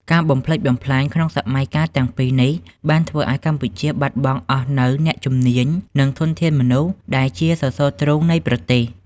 ការបំផ្លិចបំផ្លាញក្នុងសម័យកាលទាំងពីរនេះ បានធ្វើឱ្យកម្ពុជាបាត់បង់អស់នូវអ្នកជំនាញ និងធនធានមនុស្សដែលជាសសរទ្រូងនៃប្រទេស។